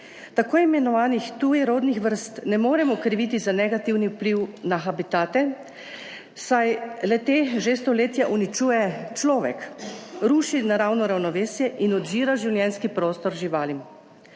T. i. Tujerodnih vrst ne moremo kriviti za negativni vpliv na habitate, saj le te že stoletja uničuje človek, ruši naravno ravnovesje in odžira življenjski prostor živalim.